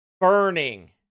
burning